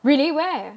really where